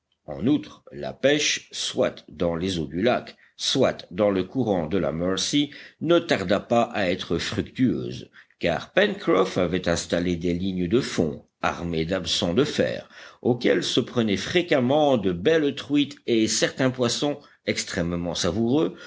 en outre la pêche soit dans les eaux du lac soit dans le courant de la mercy ne tarda pas à être fructueuse car pencroff avait installé des lignes de fond armées d'hameçons de fer auxquels se prenaient fréquemment de belles truites et certains poissons extrêmement savoureux